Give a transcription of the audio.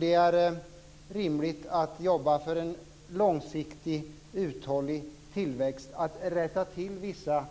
Det är rimligt att jobba för en långsiktig uthållig tillväxt, för att rätta till vissa